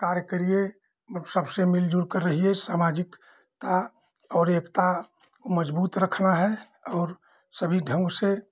कार्य करिए लोग सबसे मिलजुलकर रहिए सामाजिकता और एकता मजबूत रखनी है और सभी ढंग से